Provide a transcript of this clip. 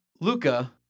Luca